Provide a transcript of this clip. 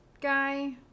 guy